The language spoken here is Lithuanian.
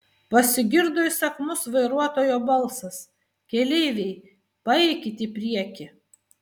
pasigirdo įsakmus vairuotojo balsas keleiviai paeikit į priekį